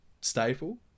staple